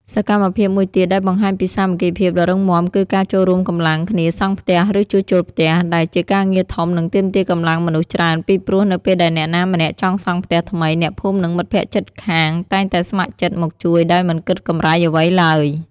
សកម្មភាពមួយទៀតដែលបង្ហាញពីសាមគ្គីភាពដ៏រឹងមាំគឺការចូលរួមកម្លាំងគ្នាសង់ផ្ទះឬជួសជុលផ្ទះដែលជាការងារធំនិងទាមទារកម្លាំងមនុស្សច្រើនពីព្រោះនៅពេលដែលអ្នកណាម្នាក់ចង់សង់ផ្ទះថ្មី អ្នកភូមិនិងមិត្តភក្តិជិតខាងតែងតែស្ម័គ្រចិត្តមកជួយដោយមិនគិតកម្រៃអ្វីឡើយ។